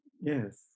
Yes